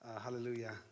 Hallelujah